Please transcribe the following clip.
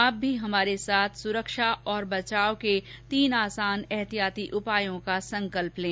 आप भी हमारे साथ सुरक्षा और बचाव के तीन आसान एहतियाती उपायों का संकल्प लें